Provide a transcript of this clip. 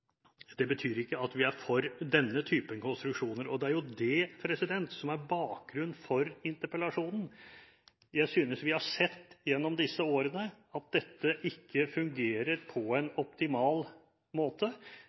det betyr ikke at vi er for denne typen konstruksjoner. Det er jo det som er bakgrunnen for interpellasjonen. Jeg synes vi gjennom disse årene har sett at dette ikke fungerer på en optimal måte.